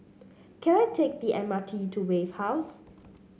can I take the M R T to Wave House